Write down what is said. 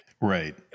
Right